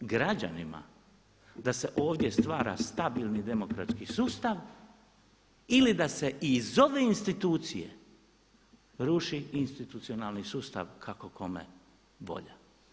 Građanima da se ovdje stvara stabilni demokratski sustav ili da se iz ove institucije ruši i institucionalni sustav kako kome volja.